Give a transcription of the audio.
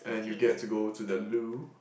and you get to go to the loo